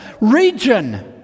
region